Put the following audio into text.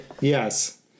Yes